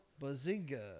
Bazinga